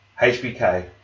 HBK